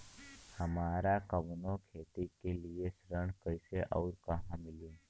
हमरा कवनो खेती के लिये ऋण कइसे अउर कहवा मिली?